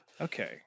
Okay